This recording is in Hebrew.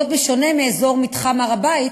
בשונה מאזור מתחם הר-הבית,